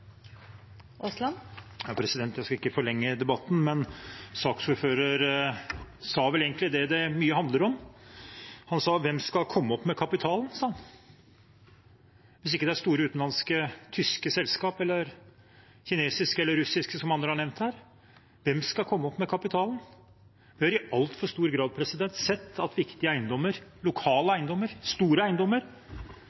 Jeg skal ikke forlenge debatten. Saksordføreren sa vel egentlig mye av det dette handler om. Han spurte: Hvem skal komme opp med kapitalen? Hvis det ikke er store utenlandske – tyske, kinesiske eller russiske – selskap, som andre har nevnt her – hvem skal komme opp med kapitalen? Vi har i altfor stor grad sett at viktige lokale, store eiendommer